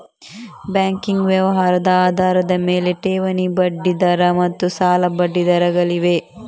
banking ವ್ಯವಹಾರದ ಆಧಾರದ ಮೇಲೆ, ಠೇವಣಿ ಬಡ್ಡಿ ದರ ಮತ್ತು ಸಾಲದ ಬಡ್ಡಿ ದರಗಳಿವೆ